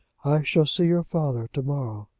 i shall see your father to-morrow.